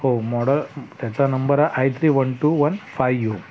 हो मॉडल त्याचा नंबर आहे I three one two one five